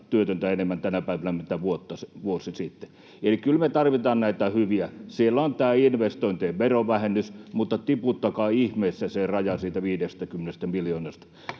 työtöntä enemmän tänä päivänä mitä vuosi sitten. Eli kyllä me tarvitaan näitä hyviä. Siellä on tämä investointien verovähennys, mutta tiputtakaan ihmeessä se raja siitä 50 miljoonasta.